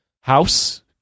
House